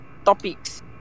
Topics